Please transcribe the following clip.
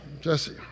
Jesse